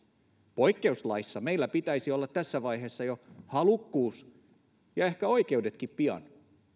poikkeuslaissa meillä pitäisi olla tässä vaiheessa jo halukkuus ja ehkä oikeudetkin pian